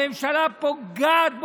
הממשלה פוגעת בו.